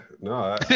No